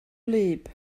wlyb